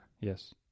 Yes